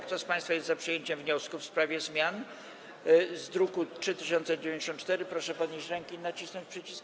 Kto z państwa jest za przyjęciem wniosku w sprawie zmian z druku nr 3094, proszę podnieść rękę i nacisnąć przycisk.